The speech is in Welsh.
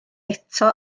eto